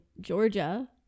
Georgia